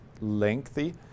lengthy